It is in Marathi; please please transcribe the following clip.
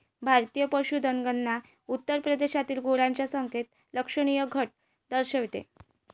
भारतीय पशुधन गणना उत्तर प्रदेशातील गुरांच्या संख्येत लक्षणीय घट दर्शवते